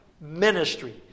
ministry